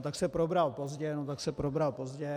Tak se probral pozdě, no tak se probral pozdě.